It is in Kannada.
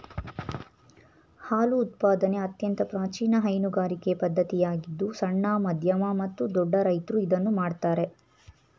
ಹಾಲು ಉತ್ಪಾದನೆ ಅತ್ಯಂತ ಪ್ರಾಚೀನ ಹೈನುಗಾರಿಕೆ ಪದ್ಧತಿಯಾಗಿದ್ದು ಸಣ್ಣ, ಮಧ್ಯಮ ಮತ್ತು ದೊಡ್ಡ ರೈತ್ರು ಇದನ್ನು ಮಾಡ್ತರೆ